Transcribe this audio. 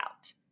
out